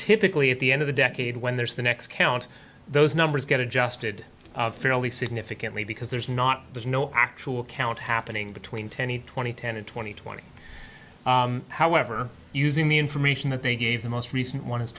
typically at the end of the decade when there's the next count those numbers get adjusted fairly significantly because there's not there's no actual count happening between twenty twenty ten and twenty twenty however using the information that they gave the most recent one is